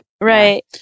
Right